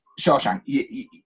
Shawshank